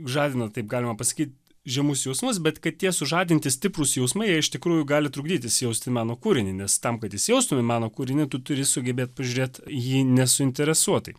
žadina taip galima pasakyt žemus jausmus bet kad tie sužadinti stiprūs jausmai iš tikrųjų gali trukdyti įsijausti į meno kūrinį nes tam kad įsijaustum į mano kūrinį tu turi sugebėt pažiūrėt į jį nesuinteresuotai